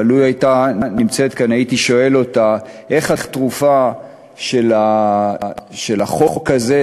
אבל לו הייתה נמצאת כאן הייתי שואל אותה איך התרופה של החוק הזה,